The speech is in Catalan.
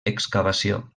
excavació